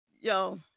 yo